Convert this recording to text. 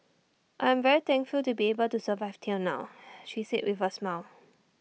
I am very thankful to be able to survive till now she said with A smile